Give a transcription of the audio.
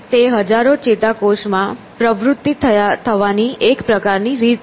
તે હજારો ચેતાકોષમાં પ્રવૃત્તિ થવાની એક પ્રકારની રીત છે